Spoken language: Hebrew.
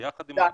יחד עם זאת,